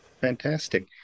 Fantastic